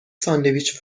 ساندویچ